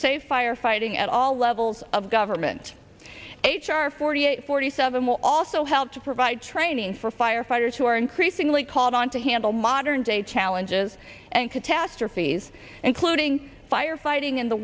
say firefighting at all levels of government h r forty eight forty seven will also help to provide training for firefighters who are increasingly called on to handle modern day challenges and catastrophes including firefighting in the